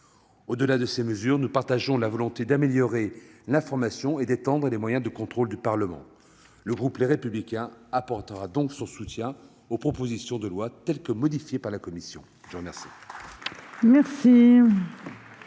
Au-delà de ces mesures, nous partageons la volonté d'améliorer l'information et d'étendre les moyens de contrôle du Parlement. Le groupe Les Républicains apportera donc son soutien aux propositions de loi telles que la commission les a modifiées.